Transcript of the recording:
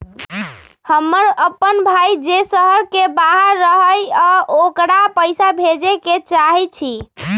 हमर अपन भाई जे शहर के बाहर रहई अ ओकरा पइसा भेजे के चाहई छी